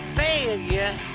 failure